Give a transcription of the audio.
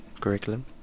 curriculum